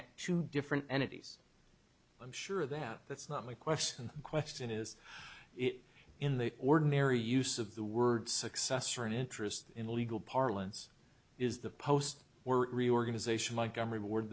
at two different entities i'm sure that that's not my question question is it in the ordinary use of the word successor in interest in the legal parlance is the post were reorganization like i'm reward